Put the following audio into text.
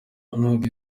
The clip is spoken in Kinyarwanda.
nubwo